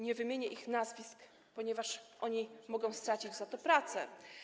Nie wymienię ich nazwisk, ponieważ oni mogą stracić przez to pracę.